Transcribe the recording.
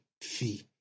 fee